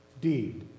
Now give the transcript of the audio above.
deed